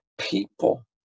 people